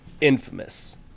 Infamous